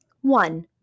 One